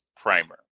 primer